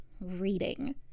reading